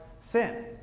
sin